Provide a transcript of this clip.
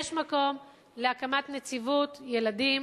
יש מקום להקמת נציבות ילדים,